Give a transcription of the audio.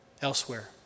elsewhere